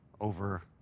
over